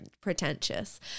pretentious